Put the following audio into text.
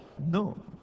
No